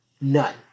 none